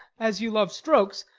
as you love strokes,